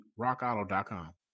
RockAuto.com